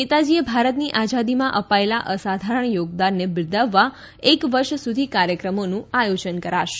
નેતાજીએ ભારતની આઝાદીમાં આપેલા અસાધારણ યોગદાનને બિરદાવવા એક વર્ષ સુધી કાર્યક્રમોનું આયોજન કરાશે